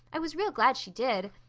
i was real glad she did.